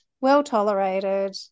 well-tolerated